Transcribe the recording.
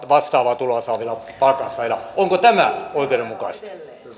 vastaavaa tuloa saavilla palkansaajilla onko tämä oikeudenmukaista